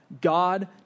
God